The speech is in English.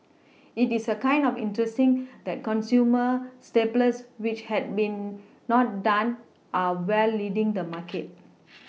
it is a kind of interesting that consumer staples which had been not done are well leading the market